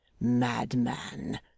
Madman